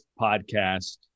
podcast